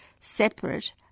separate